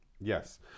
Yes